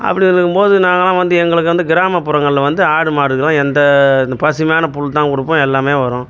அப்படி இருக்கும் போது நாங்களாம் வந்து எங்களுக்கு வந்து கிராமப்புறங்களில் வந்து ஆடு மாடுக்குலாம் எந்த இந்த பசுமையான புல் தான் கொடுப்போம் எல்லாமே வரும்